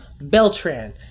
Beltran